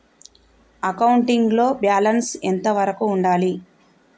Accounting లో balance ఎంత వరకు ఉండాలి?